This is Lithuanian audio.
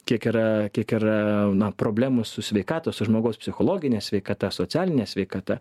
kiek yra kiek yra na problemų su sveikatos žmogaus psichologine sveikata socialine sveikata